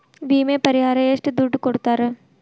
ವಿಮೆ ಪರಿಹಾರ ಎಷ್ಟ ದುಡ್ಡ ಕೊಡ್ತಾರ?